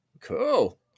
Cool